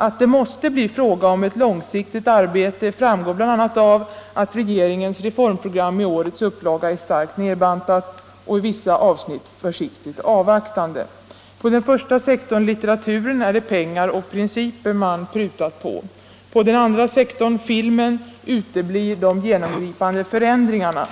Att det måste bli fråga om ett långsiktigt arbete framgår bl.a. av att regeringens reformprogram i årets upplaga är starkt nerbantat och i vissa avsnitt försiktigt avvaktande. På den första betydelsefulla sektorn, litteraturen, är det pengar och principer man prutat på. På den andra sektorn, filmen, uteblir de genomgripande förändringarna.